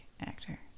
actor